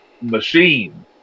machine